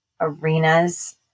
arenas